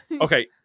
Okay